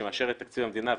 כשהיא מאשרת את תקציב המדינה,